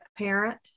parent